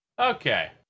Okay